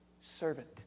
servant